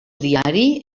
diari